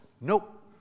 nope